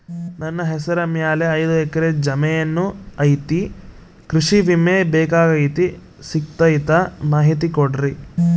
ನನ್ನ ಹೆಸರ ಮ್ಯಾಲೆ ಐದು ಎಕರೆ ಜಮೇನು ಐತಿ ಕೃಷಿ ವಿಮೆ ಬೇಕಾಗೈತಿ ಸಿಗ್ತೈತಾ ಮಾಹಿತಿ ಕೊಡ್ರಿ?